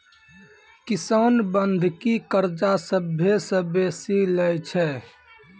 किसान बंधकी कर्जा सभ्भे से बेसी लै छै